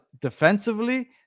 defensively